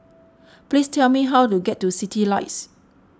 please tell me how to get to Citylights